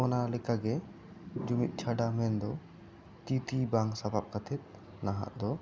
ᱚᱱᱟ ᱞᱮᱠᱟ ᱜᱮ ᱡᱩᱢᱤᱫ ᱪᱷᱟᱰᱟᱣ ᱮᱱᱫᱚ ᱛᱤᱛᱤ ᱵᱟᱝ ᱥᱟᱯᱟᱵ ᱠᱟᱛᱮᱜᱮ ᱱᱟᱦᱟᱜ ᱫᱚ